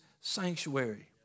sanctuary